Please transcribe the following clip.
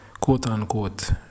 quote-unquote